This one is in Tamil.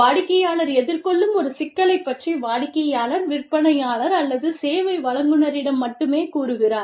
வாடிக்கையாளர் எதிர்கொள்ளும் ஒரு சிக்கலைப் பற்றி வாடிக்கையாளர் விற்பனையாளர் அல்லது சேவை வழங்குநரிடம் மட்டுமே கூறுகிறார்